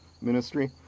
ministry